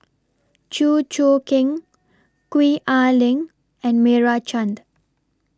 Chew Choo Keng Gwee Ah Leng and Meira Chand